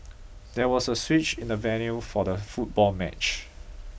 there was a switch in the venue for the football match